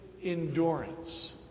Endurance